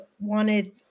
wanted